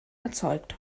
erzeugt